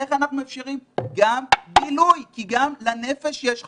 איך אנחנו מאפשרים בילוי כי גם לנפש יש חשיבות,